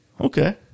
Okay